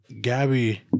Gabby